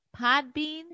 Podbean